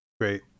great